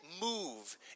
move